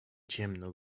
ciemno